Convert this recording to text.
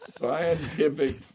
Scientific